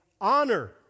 honor